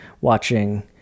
watching